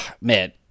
man